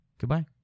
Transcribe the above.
Goodbye